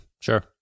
Sure